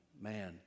man